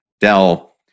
Dell